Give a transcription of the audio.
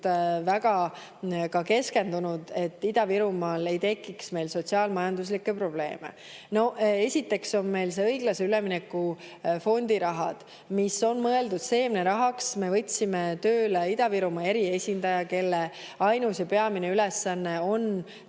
väga keskendunud, et seal ei tekiks sotsiaal-majanduslikke probleeme. Esiteks on meil õiglase ülemineku fondi raha, mis on mõeldud seemnerahaks. Me võtsime tööle Ida-Virumaa eriesindaja, kelle ainus ja peamine ülesanne on